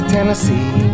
Tennessee